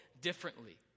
differently